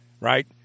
right